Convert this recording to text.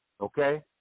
Okay